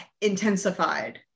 intensified